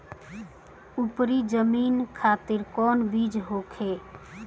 उपरी जमीन खातिर कौन बीज होखे?